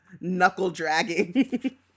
Knuckle-dragging